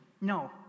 No